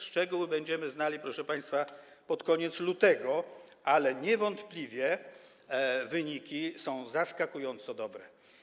Szczegóły będziemy znali, proszę państwa, pod koniec lutego, ale niewątpliwie wyniki są zaskakująco dobre.